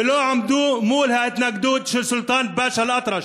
ולא עמדו מול ההתנגדות של הסולטאן באשא אל-אטרש.